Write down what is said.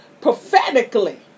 prophetically